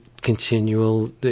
continual